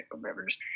Rivers